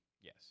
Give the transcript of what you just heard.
Yes